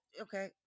okay